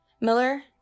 Miller